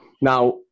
Now